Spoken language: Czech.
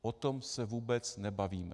O tom se vůbec nebavíme.